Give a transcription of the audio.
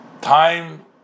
time